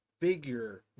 figure